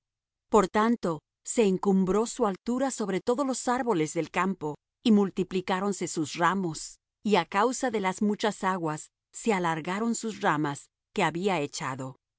por tanto se encumbró su altura sobre todos los árboles del campo y multiplicáronse sus ramos y á causa de las muchas aguas se alargaron sus ramas que había echado